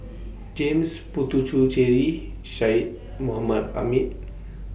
James Puthucheary Syed Mohamed Ahmed